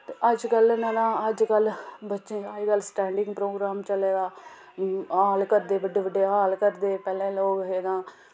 ते अजकल्ल ना अजकल्ल बच्चे स्टैंडिंग प्रोग्राम चला दा हॉल करदे बड्डे बड्डे हॉल करदे पैह्लें लोग हे ना